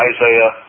Isaiah